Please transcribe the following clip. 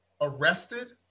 arrested